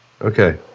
Okay